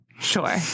Sure